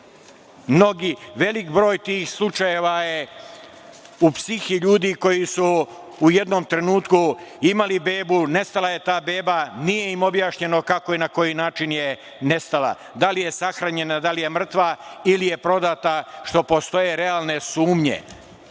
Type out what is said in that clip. Veliki broj tih slučajeva je u psihi ljudi koji su u jednom trenutku imali bebu, nestala je ta beba, nije im objašnjeno kako i na koji način je nestala, da li je sahranjena, da li je mrtva ili je prodata, što postoje realne sumnje,